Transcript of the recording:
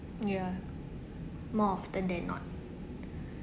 ya more often than not